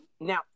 Now